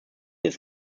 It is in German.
ist